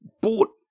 bought